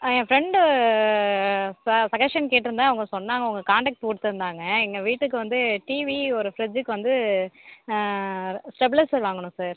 ஆ என் ஃப்ரெண்டு ச சஜ்ஜஷன் கேட்டுருந்தேன் அவங்க சொன்னாங்க உங்கள் கான்ட்டாக்ட் கொடுத்துருந்தாங்க எங்கள் வீட்டுக்கு வந்து டிவி ஒரு ஃப்ரிஜ்ஜுக்கு வந்து ஸ்டெபுலைஸர் வாங்கணும் சார்